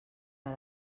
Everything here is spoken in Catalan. per